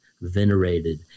venerated